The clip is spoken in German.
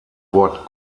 wort